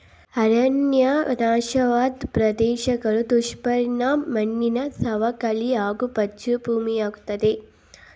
ಅರಣ್ಯ ನಾಶವಾದ್ ಪ್ರದೇಶ್ಗಳು ದುಷ್ಪರಿಣಾಮದ್ ಮಣ್ಣಿನ ಸವಕಳಿ ಹಾಗೂ ಬಂಜ್ರು ಭೂಮಿಯಾಗ್ತದೆ